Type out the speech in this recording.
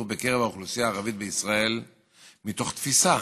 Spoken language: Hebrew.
בקרב האוכלוסייה הערבית בישראל מתוך תפיסה